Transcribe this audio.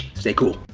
stay cool.